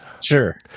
Sure